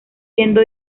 siendo